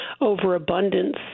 overabundance